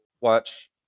watch